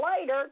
later